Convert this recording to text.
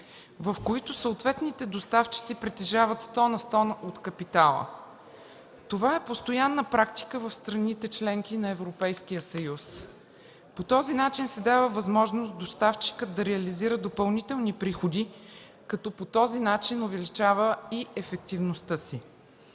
в които съответните доставчици притежават сто на сто от капитала. Това е постоянна практика в страните – членки на Европейския съюз. По този начин се дава възможност доставчикът да реализира допълнителни приходи, като съответно увеличава и ефективността си.